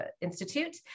Institute